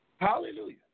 Hallelujah